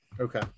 Okay